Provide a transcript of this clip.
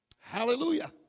Hallelujah